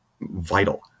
vital